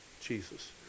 Jesus